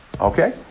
Okay